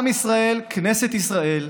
עם ישראל, כנסת ישראל,